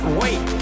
wait